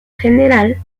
general